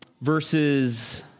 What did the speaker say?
verses